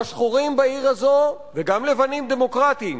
והשחורים בעיר הזאת, וגם לבנים דמוקרטים,